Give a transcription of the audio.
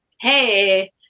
hey